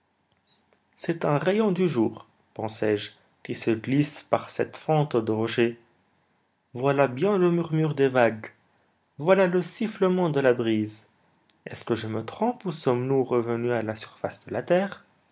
c'est un rayon du jour pensai-je qui se glisse par cette fente de rochers voilà bien le murmure des vagues voilà le sifflement de la brise est-ce que je me trompe ou sommes-nous revenus à la surface de la terre